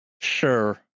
Sure